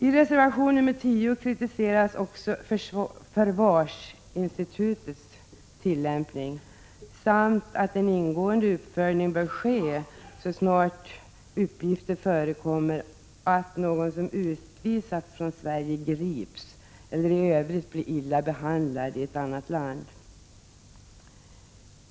I reservation nr 10 kritiseras också förvarsinstitutets tillämpning och hävdas att en ingående uppföljning bör ske så snart uppgifter förekommer om att någon som utvisas från Sverige grips eller i övrigt blir illa behandlad i ett annat land.